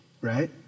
right